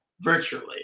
Virtually